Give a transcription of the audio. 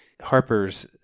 Harper's